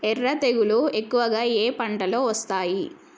ఎర్ర తెగులు ఎక్కువగా ఏ పంటలో వస్తుంది?